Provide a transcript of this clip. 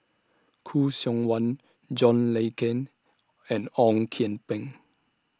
Khoo Seok Wan John Le Cain and Ong Kian Peng